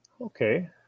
Okay